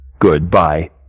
Goodbye